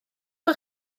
bod